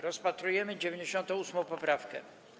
Rozpatrujemy 98. poprawkę.